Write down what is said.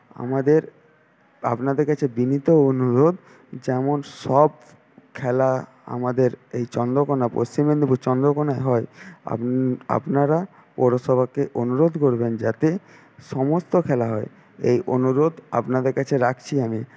আমাদের আপনাদের কাছে বিনীত অনুরোধ যেমন সব খেলা আমাদের এই চন্দ্রকোনা পশ্চিম মেদিনীপুর চন্দ্রকোনায় হয় আপ আপনারা পৌরসভাকে অনুরোধ করবেন যাতে সমস্ত খেলা হয় এই অনুরোধ আপনাদের কাছে রাখছি আমি